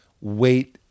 wait